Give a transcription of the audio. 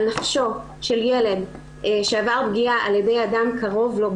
נפשו של ילד שעבר פגיעה על ידי אדם קרוב לו,